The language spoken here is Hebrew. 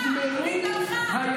לקדם את הממשלה,